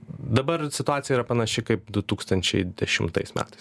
dabar situacija yra panaši kaip du tūkstančiai dešimtais metais